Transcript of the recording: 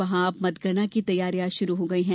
वहां अब मतगणना की तैयारी शुरू हो गयी है